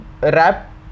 Rap